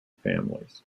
families